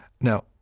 Now